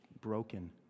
broken